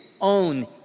own